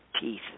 teeth